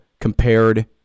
compared